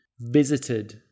visited